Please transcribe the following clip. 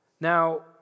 Now